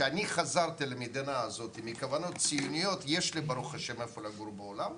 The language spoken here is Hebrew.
שאני חזרתי אליה מכוונות ציוניות למרות שיש לי איפה לגור בעולם,